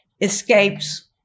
escapes